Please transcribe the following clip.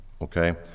Okay